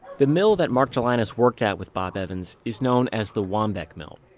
the mill that mark gelinas worked at with bob evans is known as the waumbec mill.